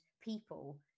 people